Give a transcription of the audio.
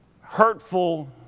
hurtful